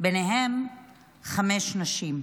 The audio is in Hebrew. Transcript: ובהם חמש נשים,